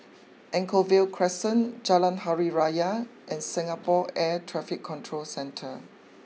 Anchorvale Crescent Jalan Hari Raya and Singapore Air Traffic Control Centre